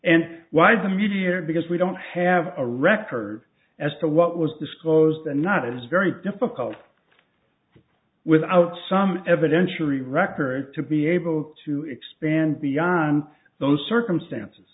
and why the mediator because we don't have a record as to what was disclosed and not is very difficult without some evidence surely records to be able to expand beyond those circumstances